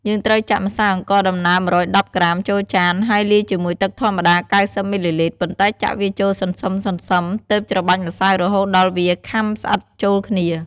យើងត្រូវចាក់ម្សៅអង្ករដំណើប ១១០ក្រាមចូលចាន ហើយលាយជាមួយទឹកធម្មតា ៩០ មីលីលីត្រ ប៉ុន្តែចាក់វាចូលសន្សឹមៗ ទើបច្របាច់ម្សៅរហូតដល់វាខាំស្អិតចូលគ្នា។